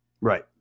Right